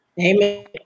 Amen